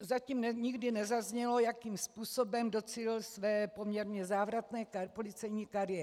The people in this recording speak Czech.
Zatím nikdy nezaznělo, jakým způsobem docílil své poměrně závratné policejní kariéry.